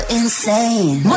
insane